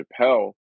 Chappelle